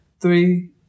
Three